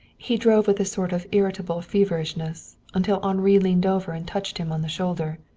he drove with a sort of irritable feverishness, until henri leaned over and touched him on the shoulder.